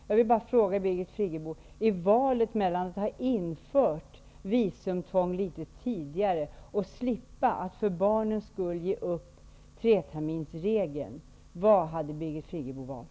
Jag vill bara fråga Birgit Friggebo: I valet mellan att ha infört visumtvång litet tidigare och att för barnens skull slippa ge upp treterminsregeln, vad hade Birgit Friggebo valt?